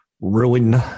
ruin